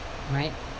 right